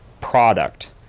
product